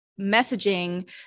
messaging